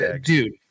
Dude